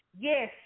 yes